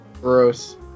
Gross